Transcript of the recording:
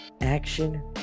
Action